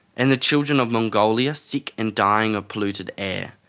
and the children of mongolia sick and dying of polluted air.